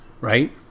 Right